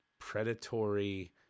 predatory